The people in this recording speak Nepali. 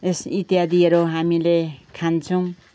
इत्यादिहरू हामीले खान्छौँ